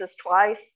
twice